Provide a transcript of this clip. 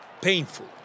painful